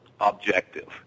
objective